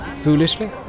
Foolishly